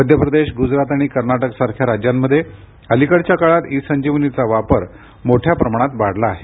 मध्यप्रदेश गुजरात आणि कर्नाटकसारख्या राज्यांमध्ये अलिकडच्या काळात ईसंजीवनीचा वापर मोठ्या प्रमाणात वाढला आहे